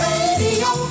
Radio